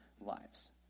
lives